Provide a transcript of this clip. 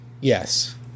Yes